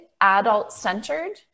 adult-centered